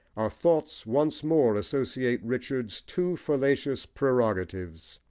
our thoughts once more associate richard's two fallacious prerogatives,